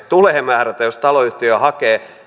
tulee määrätä jos taloyhtiö hakee